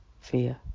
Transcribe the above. fear